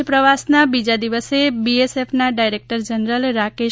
કચ્છ પ્રવાસના બીજા દિવસે બીએસએફના ડાયરેક્ટર જનરલ રાકેશ